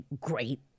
great